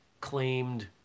claimed